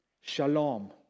shalom